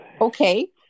Okay